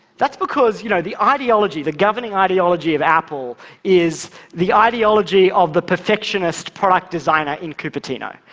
that's because you know the ideology, the governing ideology of apple is the ideology of the perfectionist product designer in cupertino.